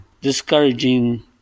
discouraging